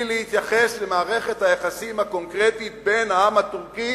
להתייחס למערכת היחסים הקונקרטית בין העם הטורקי